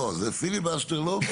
כן, בבקשה, גבירתי היועצת המשפטית.